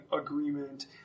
agreement